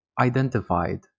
identified